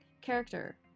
character